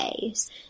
days